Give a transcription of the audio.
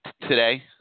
today